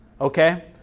okay